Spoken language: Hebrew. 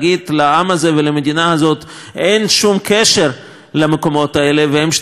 ולמדינה הזאת אין שום קשר למקומות האלה והם שטחים כבושים,